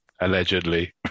allegedly